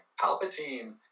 Palpatine